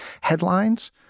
headlines